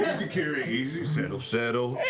kiri, easy. settle, settle.